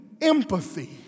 empathy